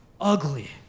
ugly